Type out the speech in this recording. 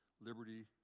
liberty